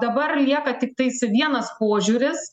dabar lieka tiktais vienas požiūris